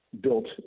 built